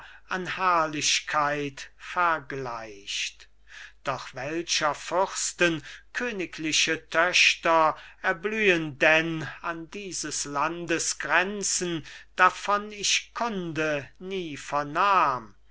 an herrlichkeit vergleicht doch welcher fürsten königliche töchter erblühen denn an dieses landes grenzen davon ich kunde nie vernahm